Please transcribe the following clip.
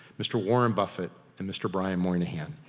mr. warren buffett and mr. brian moynihan.